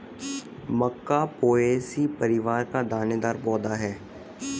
मक्का Poaceae परिवार का दानेदार पौधा है